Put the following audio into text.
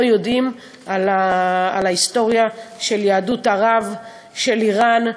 יודעים על ההיסטוריה של יהדות ערב ואיראן.